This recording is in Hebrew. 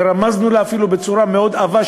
ורמזנו לה אפילו בצורה מאוד עבה,